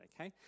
okay